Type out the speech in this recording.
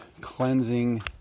cleansing